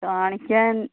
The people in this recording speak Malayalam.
കാണിക്കാൻ